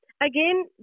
again